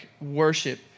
worship